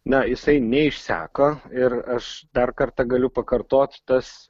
na jisai neišseko ir aš dar kartą galiu pakartot tas